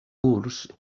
curs